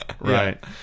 right